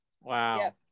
Wow